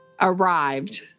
arrived